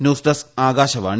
news desk Akashvani